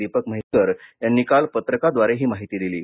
दीपक म्हैसेकर यांनी काल पत्रकाद्वारे ही माहिती दिली आहे